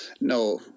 No